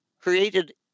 created